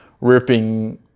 ripping